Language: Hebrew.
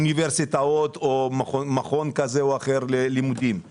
אוניברסיטאות או מכון כזה או אחר ללימודים.